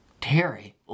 Terry